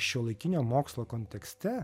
šiuolaikinio mokslo kontekste